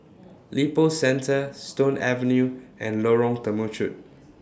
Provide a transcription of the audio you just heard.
Lippo Centre Stone Avenue and Lorong Temechut